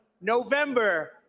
November